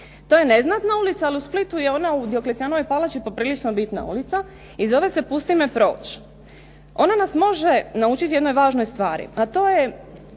To je neznatna ulica, ali u Splitu je ona u Dioklecijanovoj palači poprilično bitna ulica i zove se "pusti me proć". Ona nas može naučiti jednoj važnoj stvari, a to je